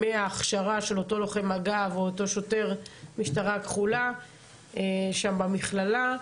מההכשרה של אותו לוחם מג"ב ואותו שוטר משטרה כחולה שם במכללה,